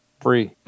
free